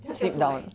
slip down